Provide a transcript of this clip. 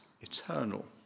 eternal